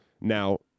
Now